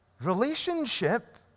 relationship